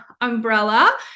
umbrella